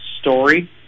story